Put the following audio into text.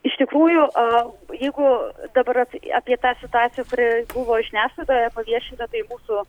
iš tikrųjų a jeigu dabar apie tą situaciją kuri buvo žiniasklaidoje paviešinta tai mūsų